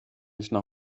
üsna